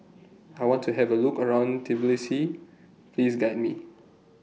I want to Have A Look around Tbilisi Please Guide Me